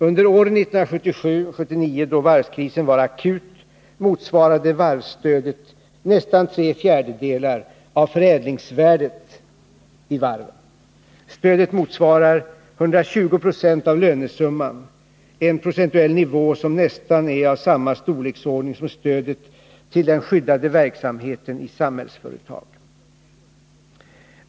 Under åren 1977-1979, då varvskrisen var akut, motsvarade varvsstödet nästan tre fjärdedelar av förädlingsvärdet i varven. Stödet motsvarar 120 26 av lönesumman — en procentuell nivå som nästan är av samma storleksordning som stödet till den skyddade verksamheten i Samhällsföretag.